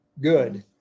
good